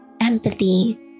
empathy